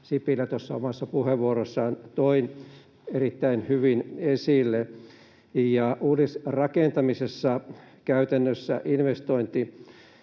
Sipilä omassa puheenvuorossaan toi erittäin hyvin esille. Uudisrakentamisessa investointi